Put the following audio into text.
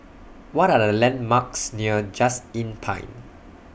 What Are The landmarks near Just Inn Pine